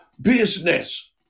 business